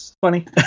funny